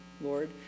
Lord